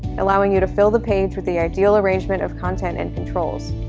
allowing you to fill the page with the ideal arrangement of content and controls.